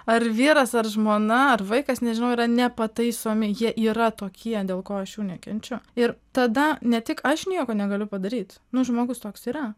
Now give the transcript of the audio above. ar vyras ar žmona ar vaikas nežinau yra nepataisomi jie yra tokie dėl ko aš jų nekenčiu ir tada ne tik aš nieko negaliu padaryti nu žmogus toks yra